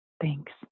Thanks